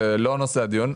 זה לא נושא הדיון.